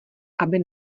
aby